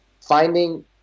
finding